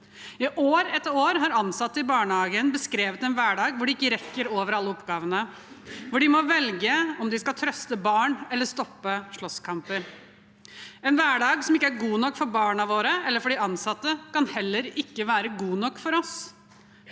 I år etter år har ansatte i barnehagen beskrevet en hverdag hvor de ikke rekker over alle oppgavene, hvor de må velge om de skal trøste barn eller stoppe slåsskamper. En hverdag som ikke er god nok for barna våre eller for de ansatte, kan heller ikke være god nok for oss.